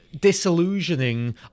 disillusioning